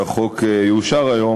שהחוק יאושר היום,